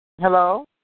Hello